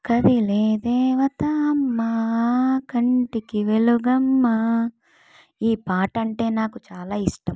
కదిలే దేవత అమ్మ కంటికి వెలుగు అమ్మ ఈ పాట అంటే నాకు చాలా ఇష్టం